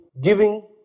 giving